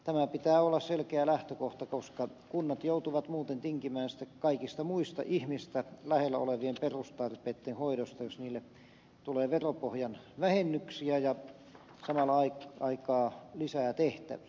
tämän pitää olla selkeä lähtökohta koska kunnat joutuvat muuten tinkimään kaikesta muusta ihmistä lähellä olevasta perustarpeitten hoidosta jos niille tulee veropohjan vähennyksiä ja samaan aikaan lisää tehtäviä